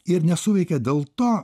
ir nesuveikia dėl to